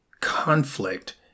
conflict